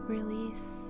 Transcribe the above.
Release